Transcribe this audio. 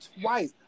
twice